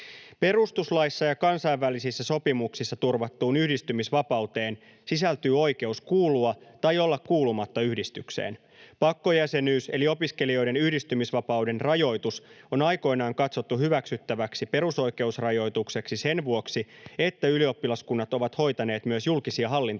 Perustuslaissa ja kansainvälisissä sopimuksissa turvattuun yhdistymisvapauteen sisältyy oikeus kuulua tai olla kuulumatta yhdistykseen. Pakkojäsenyys eli opiskelijoiden yhdistymisvapauden rajoitus on aikoinaan katsottu hyväksyttäväksi perusoikeusrajoitukseksi sen vuoksi, että ylioppilaskunnat ovat hoitaneet myös julkisia hallintotehtäviä.